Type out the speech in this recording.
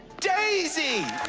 daisy!